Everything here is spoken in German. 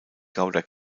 gouda